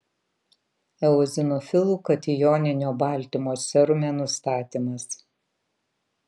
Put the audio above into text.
eozinofilų katijoninio baltymo serume nustatymas